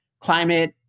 climate